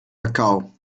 kakao